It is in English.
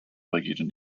brigitte